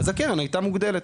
אז הקרן הייתה מוגדלת.